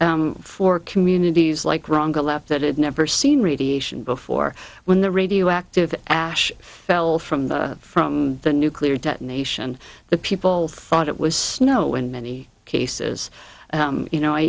for communities like wrong the left that had never seen radiation before when the radioactive ash fell from the from the nuclear detonation the people thought it was snow in many cases you know i